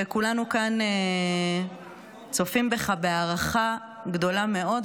וכולנו כאן צופים בך בהערכה גדולה מאוד.